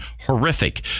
horrific